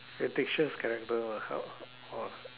fictitious character what how !wah!